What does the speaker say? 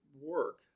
work